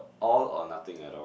all or nothing at all